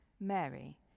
Mary